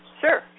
Sure